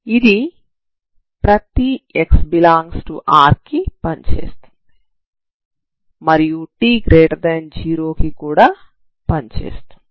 ఇది ప్రతి x∈R t0 కి ఆమోదయోగ్యమైనది